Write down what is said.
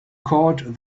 called